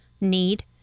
need